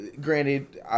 granted